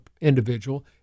individual